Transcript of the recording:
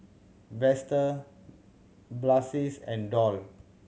Vester Blaise and Doll